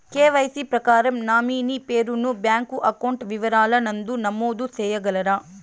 KYC ప్రకారం nominee పేరు ను బ్యాంకు అకౌంట్ వివరాల నందు నమోదు సేయగలరా?